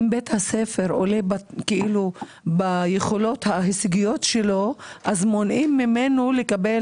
אם בית הספר עולה ביכולות ההישגיות שלו אז מונעים ממנו לקבל